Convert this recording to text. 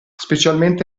specialmente